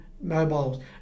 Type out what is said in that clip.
mobiles